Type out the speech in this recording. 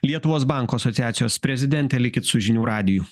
lietuvos bankų asociacijos prezidentė likit su žinių radiju